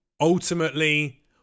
ultimately